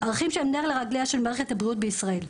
ערכים שהם נר לרגליה של מערכת הבריאות בישראל,